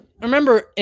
remember